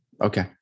Okay